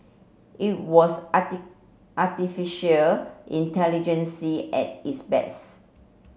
it was artificial intelligence at its best